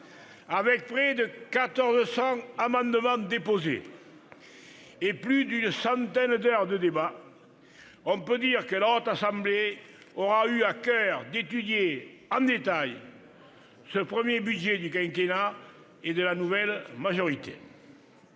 Avec près de 1 400 amendements déposés et plus d'une centaine d'heures de débats, on peut dire que la Haute Assemblée aura eu à coeur d'étudier en détail ce premier budget du quinquennat et de la nouvelle majorité.